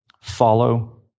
Follow